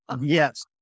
Yes